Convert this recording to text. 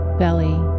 belly